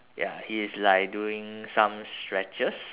ya he is like doing some stretches